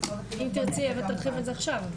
אם תרצי אווה תרחיב על זה עכשיו.